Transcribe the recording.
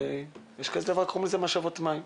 ויש דבר שקוראים לו משאבות מים,